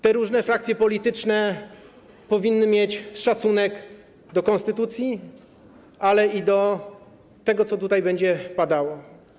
Te różne frakcje polityczne powinny mieć szacunek do konstytucji, ale i do tego, co będzie tutaj padało.